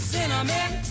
Cinnamon